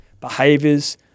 behaviors